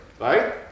right